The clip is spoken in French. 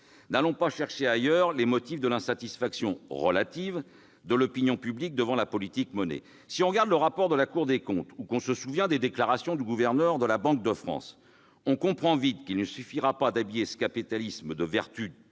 N'allons pas chercher ailleurs les motifs de l'insatisfaction relative de l'opinion publique devant la politique menée ... Si l'on considère le rapport de la Cour des comptes ou que l'on se souvient des déclarations du gouverneur de la Banque de France, on comprend vite qu'il ne suffira pas d'habiller ce capitalisme de vertus